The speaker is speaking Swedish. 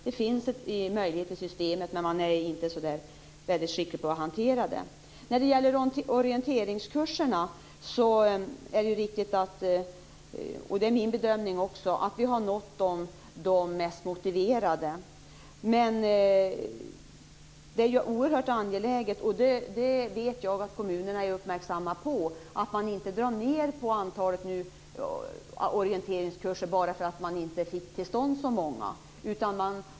Det finns en möjlighet i systemet, men man är inte så skicklig på att hantera detta. Det är också min bedömning att vi har nått de mest motiverade när det gäller orienteringskurserna. Det är oerhört angeläget - och det vet jag att kommunerna är uppmärksamma på - att man inte drar ned på antalet orienteringskurser bara för att man inte fick till stånd så många.